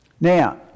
Now